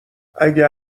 اگه